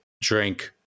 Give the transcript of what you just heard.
drink